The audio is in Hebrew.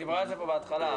דיברנו על זה בתחילת הישיבה.